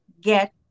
get